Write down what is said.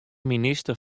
minister